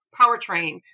powertrain